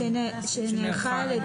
אני מחלקת את